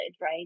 right